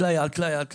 טלאי על טלאי.